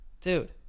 Dude